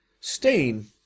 stain